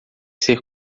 ser